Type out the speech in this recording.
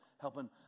helping